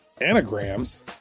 anagrams